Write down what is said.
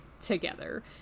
together